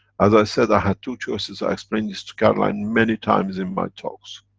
as i said i had two choices, i explained this to caroline many times in my talks.